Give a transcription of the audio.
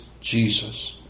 Jesus